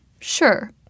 Sure